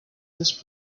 this